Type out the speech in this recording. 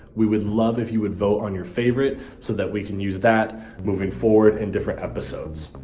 we would love if you would vote on your favorite, so that we can use that moving forward in different episodes.